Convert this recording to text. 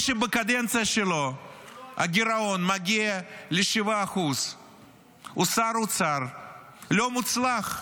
מי שבקדנציה שלו הגירעון מגיע ל-7% הוא שר אוצר לא מוצלח,